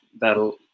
that'll